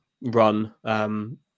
run